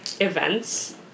events